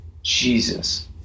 Jesus